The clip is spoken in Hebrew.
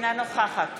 אינה נוכחת